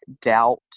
doubt